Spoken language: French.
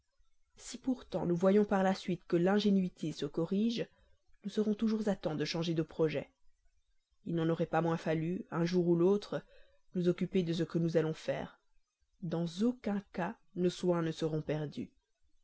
si pourtant nous voyons par la suite que l'ingénuité se corrige nous serons toujours à temps de changer de projet il n'en aurait pas moins fallu un jour ou l'autre nous occuper de ce que nous allons faire dans aucun cas nos soins ne seront perdus